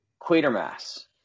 Quatermass